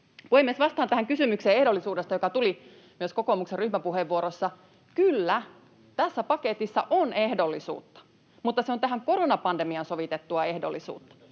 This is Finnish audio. Puhemies! Vastaan tähän kysymykseen ehdollisuudesta, joka tuli myös kokoomuksen ryhmäpuheenvuorossa. Kyllä, tässä paketissa on ehdollisuutta, mutta se on tähän koronapandemiaan sovitettua ehdollisuutta.